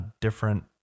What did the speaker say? different